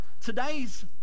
today's